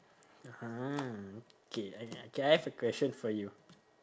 ah okay I I K I have a question for you